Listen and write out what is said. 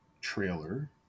trailer